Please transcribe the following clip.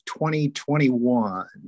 2021